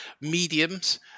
mediums